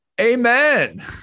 Amen